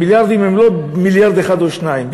המיליארדים הם לא מיליארד אחד או שניים.